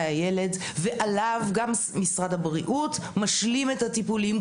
הילד ועליו גם משרד הבריאות משלים את הטיפולים.